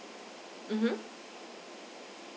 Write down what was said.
mmhmm